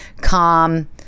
calm